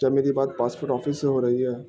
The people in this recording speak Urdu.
کیا میری بات پاسپورٹ آفس سے ہو رہی ہے